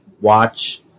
watch